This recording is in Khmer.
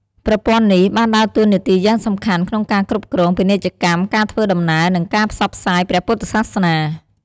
ប្រព័ន្ធនេះបានដើរតួនាទីយ៉ាងសំខាន់ក្នុងការគ្រប់គ្រង ពាណិជ្ជកម្ម ការធ្វើដំណើរ និងការផ្សព្វផ្សាយព្រះពុទ្ធសាសនា។